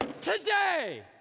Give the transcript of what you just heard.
today